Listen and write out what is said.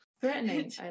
Threatening